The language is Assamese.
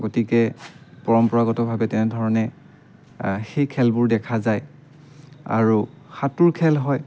গতিকে পৰম্পৰাগতভাৱে তেনে ধৰণে সেই খেলবোৰ দেখা যায় আৰু সাঁতোৰ খেল হয়